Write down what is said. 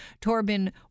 Torben